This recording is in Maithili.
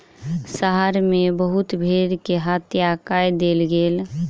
संहार मे बहुत भेड़ के हत्या कय देल गेल